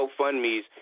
GoFundMe's